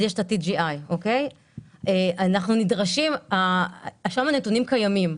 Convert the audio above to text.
יש TGI. שם הנתונים קיימים.